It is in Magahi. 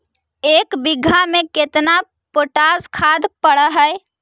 एक बिघा में केतना पोटास खाद पड़ है?